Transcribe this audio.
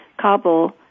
Kabul